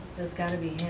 that's gotta be